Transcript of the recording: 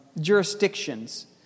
jurisdictions